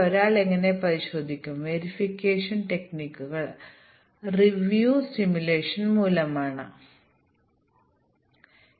ഒരു ഫയലിൽ നിന്ന് കുറച്ച് ഡാറ്റ വായിക്കുകയോ ഒരു ഫയലിൽ കുറച്ച് ഡാറ്റ എഴുതുകയോ അല്ലെങ്കിൽ യൂസർ ഇന്റർഫേസിൽ എന്തെങ്കിലും പ്രദർശിപ്പിക്കുകയോ ചെയ്യുന്ന ലളിതമായ ഫയൽ റീഡർ ആയിരിക്കാം ഇത്